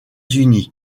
unis